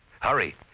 hurry